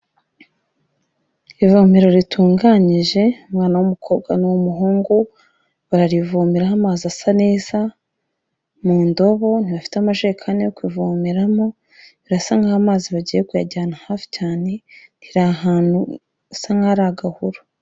Ivomero ritunganyije, umwana w'umukobwa n'uw'umuhungu bararivomeraho amazi asa neza mu ndobo, ntibafite amajekani yo kuvomeramo, birasa nk'aho amazi bagiye kuyajyana hafi cyane, riri ahantu hasa nk'ahari agahuru.